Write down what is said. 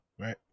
right